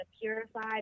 purified